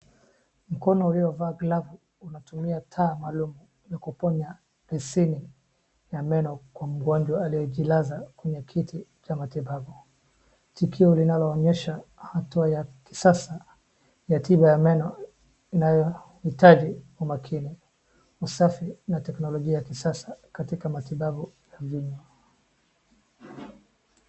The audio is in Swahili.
Mkono uliovaa glavu, unatumia taa maalum ya kuponya hisini na meno kwa mgonjwa aliyejilaza kwa kiti cha matibabu. Tukio linaloonyesha hatua ya kisasa ya tiba ya meno, inayohitaji umakini, usafi, na teknolojia ya kisasa katika matibabu ya meno.